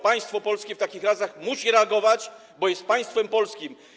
Państwo polskie w takich sytuacjach musi reagować, bo jest państwem polskim.